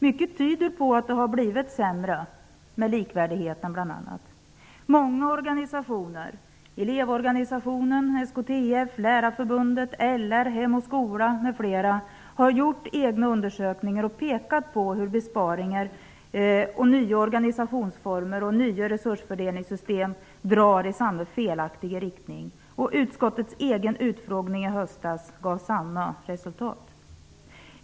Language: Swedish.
Mycket tyder dock på att det har blivit sämre, bl.a. när det gäller likvärdigheten. Hem och Skola m.fl. -- har gjort egna undersökningar och pekat på hur besparingar och nya organisationsformer och resursfördelningssystem drar i samma felaktiga riktning. Utskottets egen utfrågning i höstas gav samma resultat.